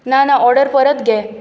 ना ना ऑर्डर परत घे